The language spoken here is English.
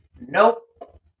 Nope